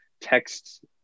text